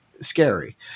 scary